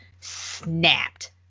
snapped